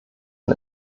den